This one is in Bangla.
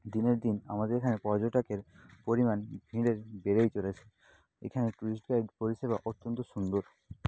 দিনের দিন আমাদের এখানে পর্যটকের পরিমাণ দিনে বেড়েই চলেছে এখানে ট্যুরিস্ট গাইড পরিষেবা অত্যন্ত সুন্দর